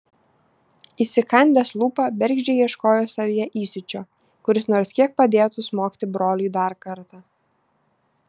įsikandęs lūpą bergždžiai ieškojo savyje įsiūčio kuris nors kiek padėtų smogti broliui dar kartą